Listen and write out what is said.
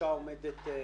--- ומומחה למעמד האישה,